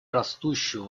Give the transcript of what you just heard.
растущую